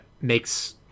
makes